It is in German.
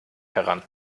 heran